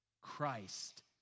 Christ